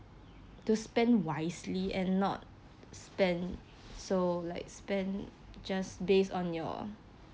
to spend wisely and not spend so like spend just based on your